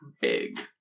big